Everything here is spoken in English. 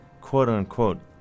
quote-unquote